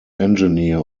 engineer